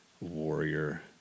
warrior